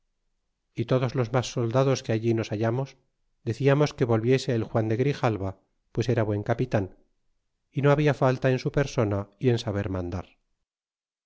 y todos los mas soldados que allí nos hallamos deciamos que volviese el juan de grijalva pues era buen capitan y no habla falta en su persona y en saber mandar